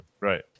Right